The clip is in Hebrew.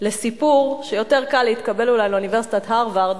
לסיפור שיותר קל להתקבל אולי לאוניברסיטת הרווארד